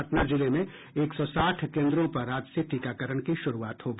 पटना जिले में एक सौ साठ केन्द्रों पर आज से टीकाकरण की शुरूआत होगी